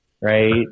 right